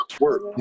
work